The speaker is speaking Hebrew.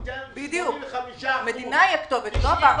תן 85%, 90%. בדיוק, המדינה היא הכתובת לא הבנק.